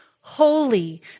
holy